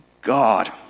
God